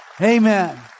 Amen